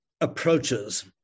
approaches